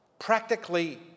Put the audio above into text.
Practically